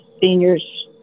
seniors